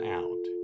out